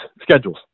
schedules